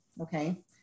okay